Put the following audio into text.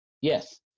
Yes